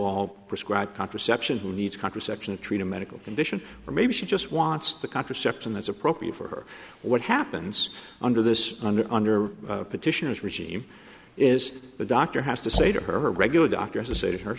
all prescribe contraception who needs contraception to treat a medical condition or maybe she just wants the contraception that's appropriate for what happens under this under under petitioners regime is the doctor has to say to her regular doctor say to her